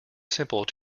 simple